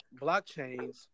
blockchains